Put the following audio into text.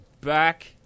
back